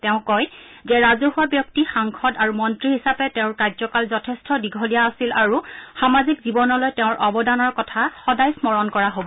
তেওঁ কয় যে ৰাজহুৱা ব্যক্তি সাংসদ আৰু মন্ত্ৰী হিচাপে তেওঁৰ কাৰ্যকাল যথেষ্ট দীঘলীয়া আছিল আৰু সামাজিক জীৱনলৈ তেওঁৰ অৱদানৰ কথা সদায় স্মৰণ কৰা হব